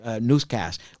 newscast